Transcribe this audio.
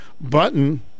button